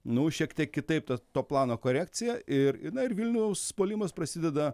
nu šiek tiek kitaip ta to plano korekcija ir i na ir vilniaus puolimas prasideda